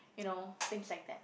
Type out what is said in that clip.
you know things like that